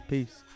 Peace